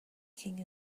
king